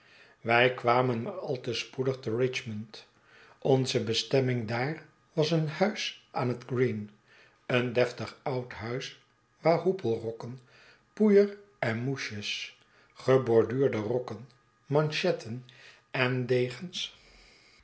wij kwamen maar al te spoedig te richmond onze bestemming daar was een huis aan het green een deftig oud huis waar hoepelrokken poeier en mouches geborduurde rokken manchetten en degens